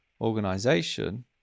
organization